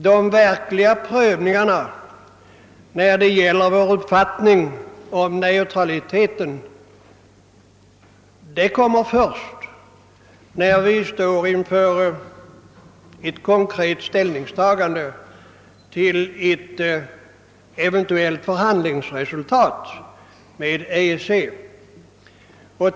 De verkliga prövningarna när det gäller vår uppfattning om neutraliteten kommer först när vi står inför ett konkret ställningstagande till ett eventuellt resultat av förhandlingar med EEC.